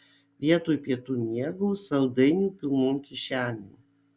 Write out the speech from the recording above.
vietoj pietų miego saldainių pilnom kišenėm